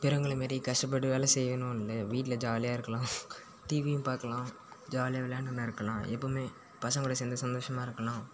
பெரிவங்களை மாரி கஷ்டப்பட்டு வேலை செய்யணுன்னு இல்லை வீட்டில் ஜாலியாக இருக்கலாம் டீவியும் பார்க்கலாம் ஜாலியாக விளாண்டுனு இருக்கலாம் எப்போதுமே பசங்களோடு சேர்ந்து சந்தோஷமாக இருக்கலாம்